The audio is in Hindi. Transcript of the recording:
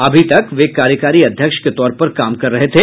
अभी तक वे कार्यकारी अध्यक्ष के तौर पर काम कर रहे थे